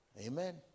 Amen